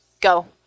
Go